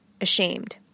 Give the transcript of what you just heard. ashamed